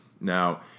Now